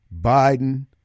Biden